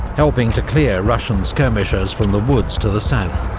helping to clear russian skirmishers from the woods to the south.